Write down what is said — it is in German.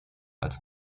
als